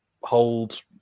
hold